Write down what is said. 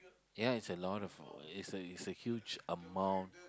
ya it's a lot of it's it's a huge amount